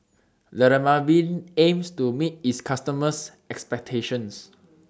Dermaveen aims to meet its customers' expectations